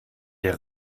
der